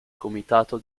comitato